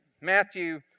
Matthew